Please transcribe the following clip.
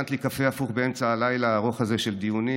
שהכנת לי קפה הפוך באמצע הלילה הארוך הזה של הדיונים,